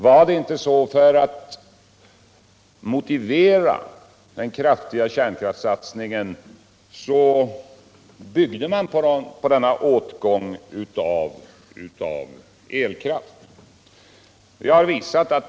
Var det inte så att man byggde på denna åtgång av elkraft för att motivera den kraftiga kärnkraftssatsningen?